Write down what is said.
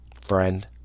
Friend